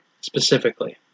specifically